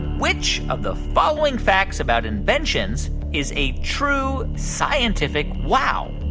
which of the following facts about inventions is a true scientific wow?